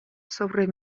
sobre